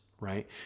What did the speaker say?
right